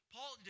Paul